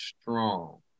strong